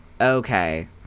okay